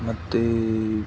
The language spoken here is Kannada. ಮತ್ತು